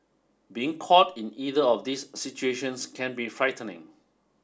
being caught in either of these situations can be frightening